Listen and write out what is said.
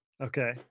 Okay